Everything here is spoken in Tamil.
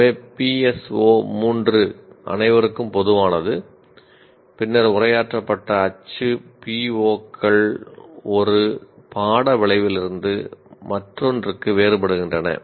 எனவே பிஎஸ்ஓ 3 அனைவருக்கும் பொதுவானது பின்னர் உரையாற்றப்பட்ட அச்சு பிஓக்கள் ஒரு பாட விளைவிலிருந்து மற்றொன்றுக்கு வேறுபடுகின்றன